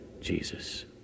Jesus